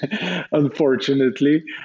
unfortunately